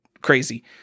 Crazy